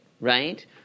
right